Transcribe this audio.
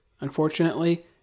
Unfortunately